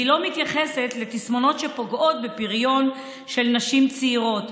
והיא לא מתייחסת לתסמונות שפוגעות בפריון של נשים צעירות,